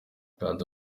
kanda